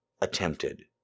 attempted